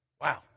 Wow